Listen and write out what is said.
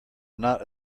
not